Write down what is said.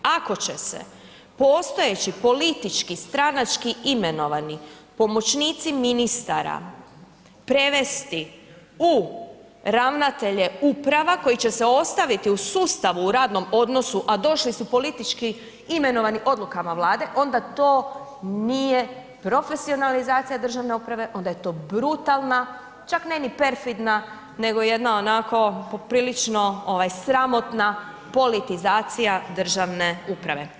Ako će se postojeći politički, stranački imenovani pomoćnici ministara prevesti u ravnatelje uprava koji će se ostaviti u sustavu u radnom odnosu, a došli su politički imenovani odlukama vlade onda to nije profesionalizacija državne uprave onda je to brutalna čak ne ni perfidna nego jedna onako poprilično ovaj sramotna politizacija državne uprave.